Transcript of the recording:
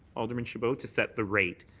alderman chabot, to set the rate.